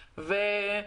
סדר-היום: